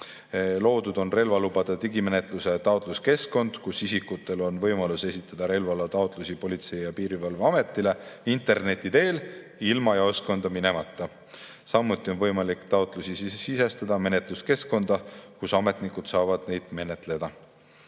Loodud on relvalubade digimenetluses taotlemise keskkond, kus isikutel on võimalus esitada relvaloataotlusi Politsei‑ ja Piirivalveametile interneti teel ilma jaoskonda minemata. Samuti on võimalik taotlusi sisestada menetluskeskkonda, kus ametnikud saavad neid menetleda.